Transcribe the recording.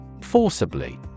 Forcibly